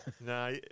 No